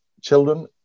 children